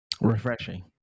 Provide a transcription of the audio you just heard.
Refreshing